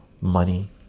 money